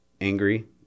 angry